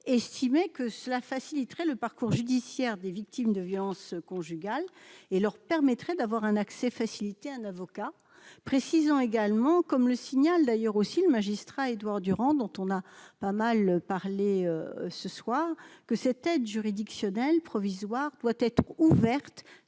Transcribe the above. estimé que cela faciliterait le parcours judiciaire des victimes de violences conjugales et leur permettrait d'avoir un accès facilité un avocat précisant également, comme le signale d'ailleurs aussi le magistrat : Édouard Durand dont on a pas mal parlé ce soir que cette aide juridictionnelle provisoire doit être ouverte